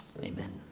Amen